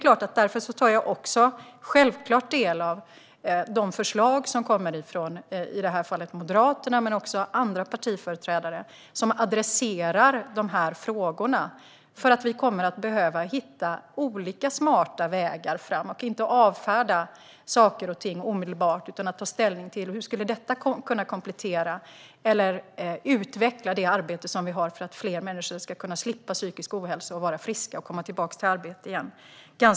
Jag tar självklart del av de förslag som kommer från i det här fallet Moderaterna och andra partiföreträdare som adresserar frågorna. Vi kommer att behöva hitta olika smarta vägar framåt. Vi kan inte avfärda saker och ting omedelbart utan att ta ställning till hur de kan komplettera eller utveckla det arbete som pågår för att fler människor ska slippa psykisk ohälsa, bli friska och snabbt komma tillbaka till arbete igen.